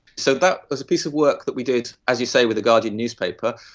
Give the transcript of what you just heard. so that was a piece of work that we did, as you say, with the guardian newspaper,